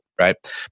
right